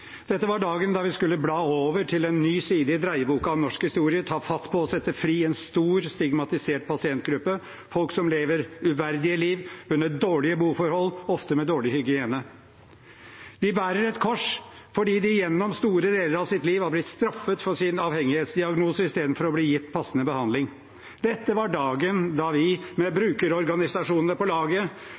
Dette var dagen da vi skulle bla over til en ny side i dreieboken om norsk historie, ta fatt på å sette fri en stor, stigmatisert pasientgruppe – folk som lever uverdige liv, under dårlige boforhold, ofte med dårlig hygiene. De bærer et kors fordi de gjennom store deler av sitt liv har blitt straffet for sin avhengighetsdiagnose i stedet for å bli gitt passende behandling. Dette var dagen da vi, med brukerorganisasjonene på laget,